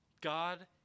God